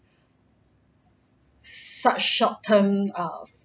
such short term of